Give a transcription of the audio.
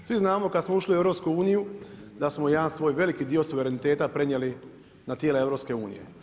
Svi znamo kada smo ušli u EU, da smo jedan svoj veliki dio suvereniteta prenijeli na tijela EU.